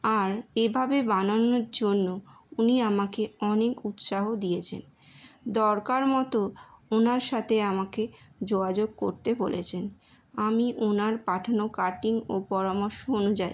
আর এভাবে বানানোর জন্য উনি আমাকে অনেক উৎসাহ দিয়েছেন দরকার মতো ওনার সাথে আমাকে যোগাযোগ করতে বলেছেন আমি ওনার পাঠানো কাটিং ও পরামর্শ অনুযায়ী